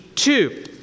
Two